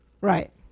Right